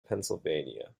pennsylvania